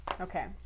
Okay